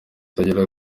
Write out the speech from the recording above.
itagira